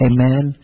Amen